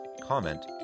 comment